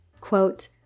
Quote